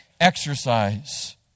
exercise